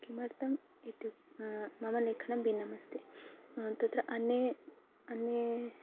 किमर्थम् इत्युक्ते मम लेखनं भिन्नमस्ति तत्र अन्ये अन्ये